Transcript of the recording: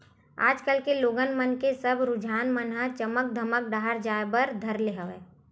आज कल के लोगन मन के सब रुझान मन ह चमक धमक डाहर जाय बर धर ले हवय